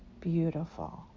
beautiful